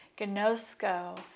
Gnosko